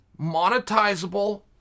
monetizable